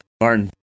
Martin